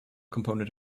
component